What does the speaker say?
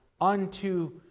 unto